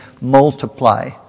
multiply